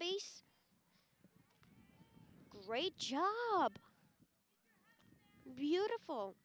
base great job beautiful